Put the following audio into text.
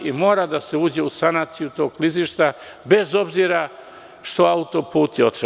Mora da se uđe u sanaciju tog klizišta, bez obzira što je autoput otišao.